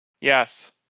Yes